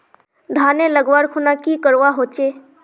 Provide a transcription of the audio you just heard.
धानेर लगवार खुना की करवा होचे?